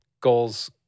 goals